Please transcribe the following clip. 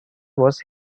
was